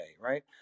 right